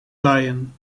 lion